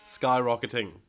skyrocketing